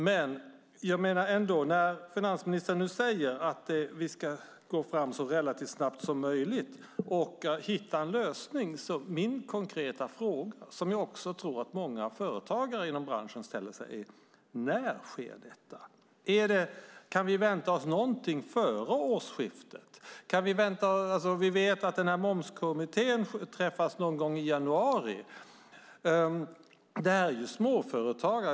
Men när finansministern nu säger att vi ska gå fram så snabbt som möjligt för att hitta en lösning är min konkreta fråga som jag också tror att många företagare inom branschen ställer sig: När sker detta? Kan vi vänta oss någonting före årsskiftet? Vi vet att momskommittén träffas någon gång i januari. Det här handlar om småföretagare.